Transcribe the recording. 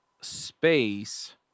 space